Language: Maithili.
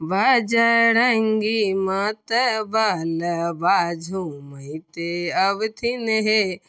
बजरङ्गी मतबलबा झुमैते अबथिन हे